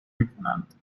میکنند